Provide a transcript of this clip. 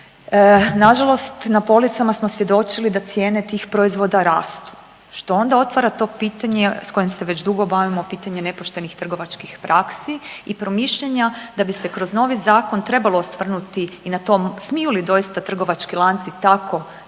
nažalost na policama smo svjedočili da cijene tih proizvoda rastu što onda otvara to pitanje s kojim se već dugo bavimo pitanje nepoštenih trgovačkih praksi i promišljanja da bi se kroz novi zakon trebalo osvrnuti i na to smiju li doista trgovački lanci tako